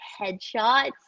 headshots